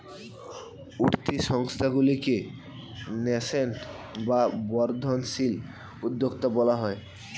উঠতি সংস্থাগুলিকে ন্যাসেন্ট বা বর্ধনশীল উদ্যোক্তা বলা হয়